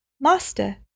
Master